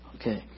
Okay